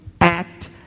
act